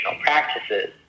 practices